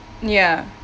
ya